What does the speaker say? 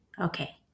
Okay